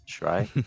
right